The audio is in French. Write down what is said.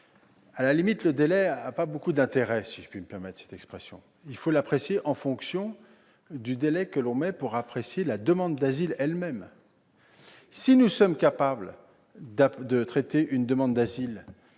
À la limite, le délai n'a pas beaucoup d'intérêt, si je puis me permettre cette expression : il faut l'apprécier en fonction du délai d'appréciation de la demande d'asile elle-même. Si nous sommes capables de traiter une demande d'asile